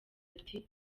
ati